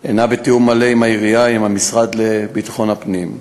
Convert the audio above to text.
היא בתיאום מלא עם העירייה ועם המשרד לביטחון הפנים.